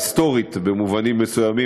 היסטורית במובנים מסוימים,